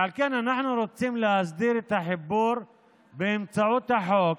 ועל כן אנחנו רוצים להסדיר את החיבור באמצעות החוק